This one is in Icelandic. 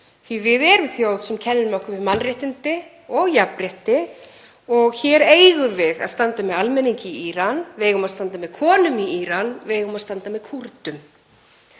að við erum þjóð sem kennir sig við mannréttindi og jafnrétti. Hér eigum við að standa með almenningi í Íran, við eigum að standa með konum í Íran, við eigum að standa með Kúrdum.